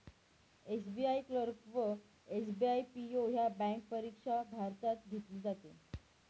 SBI clerk व SBI PO ह्या bank परीक्षा भारतात घेतली जाते